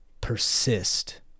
persist